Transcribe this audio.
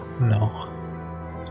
no